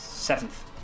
Seventh